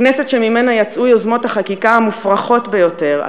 כנסת שממנה יצאו יוזמות החקיקה המופרכות ביותר,